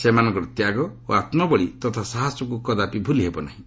ସେମାନଙ୍କର ତ୍ୟାଗ ଓ ଆତ୍କବଳୀ ତଥା ସାହସକୁ କଦାପି ଭୁଲି ହେବ ନାହିଁ